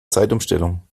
zeitumstellung